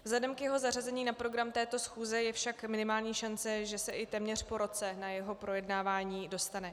Vzhledem k jeho zařazení na program této schůze je však minimální šance, že se téměř po roce na jeho projednávání dostane.